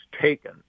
taken